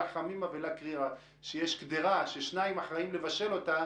לא חמימא ולא קרירא כשיש קדירה ששניים אחראים לבשל אותה,